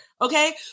okay